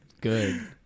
Good